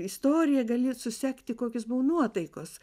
istoriją gali susekti kokios buvo nuotaikos